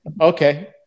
okay